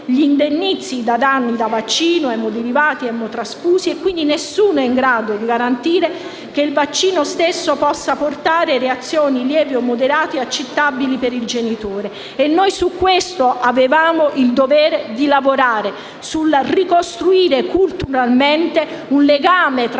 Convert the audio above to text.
indennizzi di danni da vaccino, emoderivati o emotrasfusi; nessuno è quindi in grado di garantire che il vaccino stesso possa portare reazioni lievi o moderate, accettabili per il genitore. Su questo avevamo il dovere di lavorare, per ricostruire culturalmente un legame tra